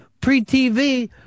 Pre-TV